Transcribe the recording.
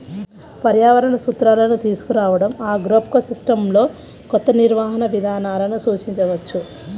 పర్యావరణ సూత్రాలను తీసుకురావడంఆగ్రోఎకోసిస్టమ్లోకొత్త నిర్వహణ విధానాలను సూచించవచ్చు